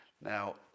Now